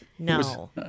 No